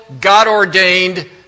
God-ordained